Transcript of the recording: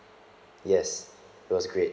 yes it was great yup